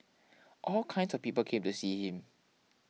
all kinds of people came to see him